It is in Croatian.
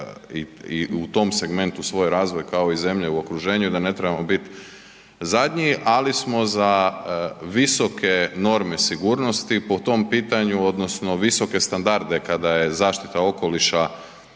i u tom segmentu svoj razvoj kao i zemlje u okruženju, da ne trebamo biti zadnji, ali smo za visoke norme sigurnosti po tom pitanju odnosno visoke standarde kada je zaštita okoliša